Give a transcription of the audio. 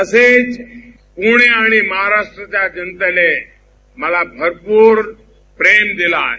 तसंच पुणे आणि महाराष्ट्राच्या जनतेने मला भरपूर प्रेम दिलं आहे